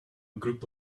group